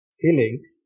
feelings